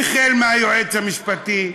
החל ביועץ המשפטי,